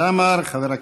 ראמה.